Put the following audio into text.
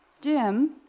Jim